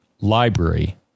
library